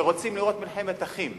שרוצים לראות מלחמת אחים.